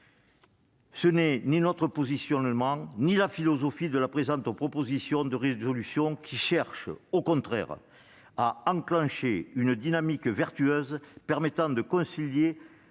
Ce n'est ni le positionnement ni la philosophie des auteurs de la présente proposition de résolution, qui cherchent, au contraire, à enclencher une dynamique vertueuse permettant de concilier